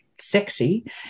sexy